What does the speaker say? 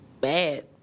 bad